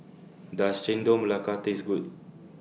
Does Chendol Melaka Taste Good